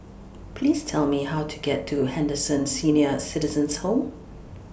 Please Tell Me How to get to Henderson Senior Citizens' Home